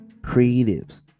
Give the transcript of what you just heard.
creatives